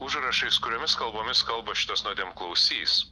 užrašais kuriomis kalbomis kalba šitas nuodėmklausys